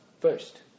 first